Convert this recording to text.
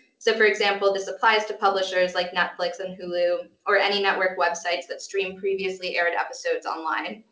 so for example, this applies to publishers like netflix and hulu, or any network websites that stream previously aired episodes online.